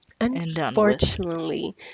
unfortunately